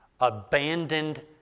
abandoned